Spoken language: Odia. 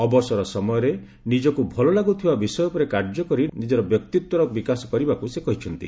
ଅବସର ସମୟରେ ନିଜକୁ ଭଲ ଲାଗୁଥିବା ବିଷୟ ଉପରେ କାର୍ଯ୍ୟ କରି ନିଜର ବ୍ୟକ୍ତିତ୍ୱର ବିକାଶ କରିବାକ୍ ସେ କହିଛନ୍ତି